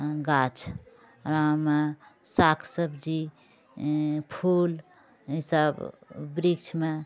गाछ ओकरामे साग सब्जी फूल ई सब वृक्षमे